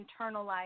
internalize